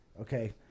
Okay